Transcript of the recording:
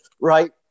right